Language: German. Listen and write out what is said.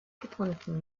gefunden